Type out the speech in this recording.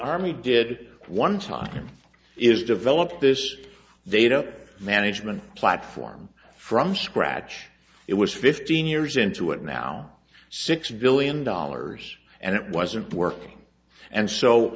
army did one time is develop this data management platform from scratch it was fifteen years into it now six billion dollars and it wasn't working and so